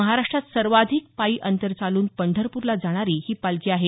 महाराष्ट्रात सर्वाधिक पायी अंतर चालून पंढरपूरला जाणारी ही पालखी आहे